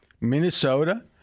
Minnesota